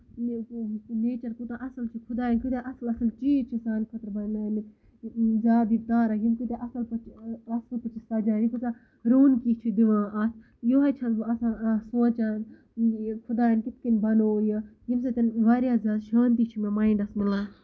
nature کوٗتاہ اَصٕل چھُ خداین کۭتیاہ اَصٕل اَصٕل چیٖز چھِ سانہِ خٲطرٕ بَنٲے مٕتۍ زیادٕ یِم گاران یِم کۭتیاہ اَصٕل پٲٹھۍ چھِ سَجٲوِتھ یہِ کۭژاہ رونکی چھےٚ دِوان اَتھ یِہوے چھَس بہٕ آسان سونچان خداین کِتھ پٲٹھۍ بَنو یہِ اَمہِ سۭتۍ واریاہ زیادٕ شانتی چھےٚ مےٚ مایِنڈَس مِلان